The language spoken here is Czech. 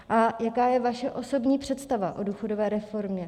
A jaká je vaše osobní představa o důchodové reformě?